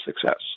success